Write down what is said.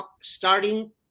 starting